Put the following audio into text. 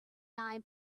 nine